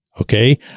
okay